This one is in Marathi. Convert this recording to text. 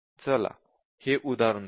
चला हे उदाहरण पाहू